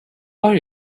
are